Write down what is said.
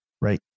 right